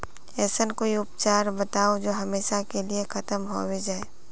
ऐसन कोई उपचार बताऊं जो हमेशा के लिए खत्म होबे जाए?